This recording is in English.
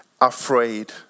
afraid